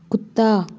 कुत्ता